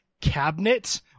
cabinet